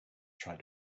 tried